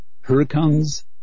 hurricanes